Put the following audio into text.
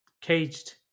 caged